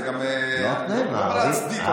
אני לא יכול להצדיק אותם,